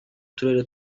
turere